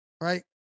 right